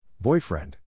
Boyfriend